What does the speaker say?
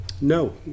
No